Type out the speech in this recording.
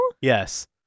Yes